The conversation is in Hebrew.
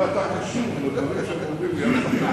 תהיה אתה קשוב לדברים שהם אומרים,